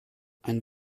ein